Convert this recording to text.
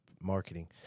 marketing